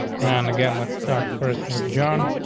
and again, let's start first with john,